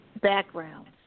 backgrounds